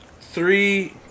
three